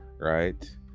right